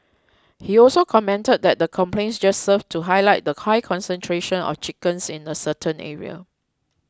he also commented that the complaints just served to highlight the high concentration of chickens in the certain area